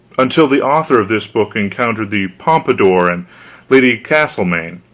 until the author of this book encountered the pompadour, and lady castlemaine,